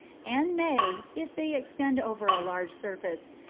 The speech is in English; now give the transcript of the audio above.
and may, if they extend over a large surface,